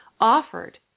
offered